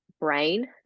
brain